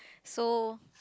so